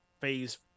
phase